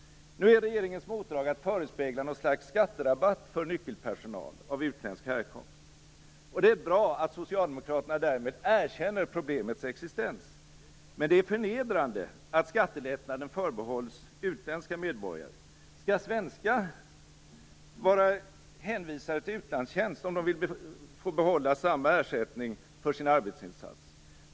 Regeringens motdrag är nu att förespegla något slags skatterabatt för nyckelpersonal av utländsk härkomst. Det är bra att Socialdemokraterna därmed erkänner problemets existens. Men det är förnedrande att skattelättnaden förbehålls utländska medborgare. Skall svenskar vara hänvisade till utlandstjänst om de vill få behålla samma ersättning för sin arbetsinsats?